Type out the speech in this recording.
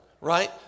right